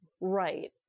Right